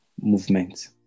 Movement